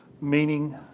meaning